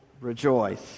rejoice